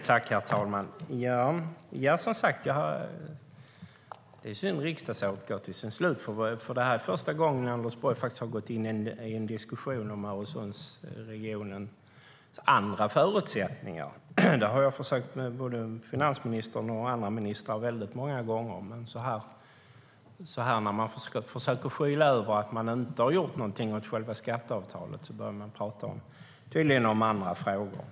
Herr talman! Det är som sagt synd att riksdagsåret går mot sitt slut, för detta är första gången Anders Borg har gått in i en diskussion om Öresundsregionens andra förutsättningar. Det har jag försökt med både finansministern och några andra ministrar många gånger. När man försöker skyla över att man inte har gjort någonting åt själva skatteavtalet börjar man tydligen tala om andra frågor.